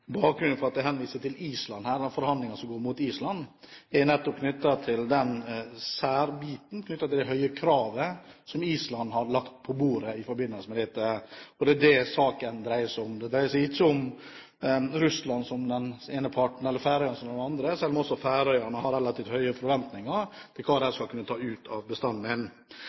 Bakgrunnen for at jeg henviser til Island og de forhandlingene som går mot Island, er nettopp den særbiten knyttet til det høye kravet som Island har lagt på bordet i forbindelse med dette. Det er det saken dreier seg om. Det dreier seg ikke om Russland som den ene parten eller Færøyene som den andre, selv om også Færøyene har relativt høye forventninger til hva de skal kunne ta ut av bestanden.